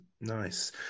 nice